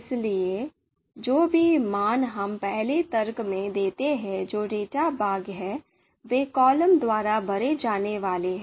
इसलिए जो भी मान हम पहले तर्क में देते हैं जो डेटा भाग है वे कॉलम द्वारा भरे जाने वाले हैं